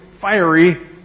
fiery